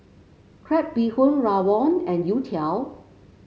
Crab Bee Hoon rawon and youtiao